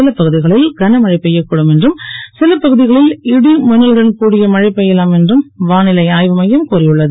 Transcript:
சில பகு களில் கனமழை பெ யக் கூடும் என்றும் சில பகு களில் இடி மின்னலுடன் கூடிய மழை பெ யலாம் என்றும் வா லை ஆ வு மையம் கூறி உள்ளது